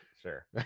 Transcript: Sure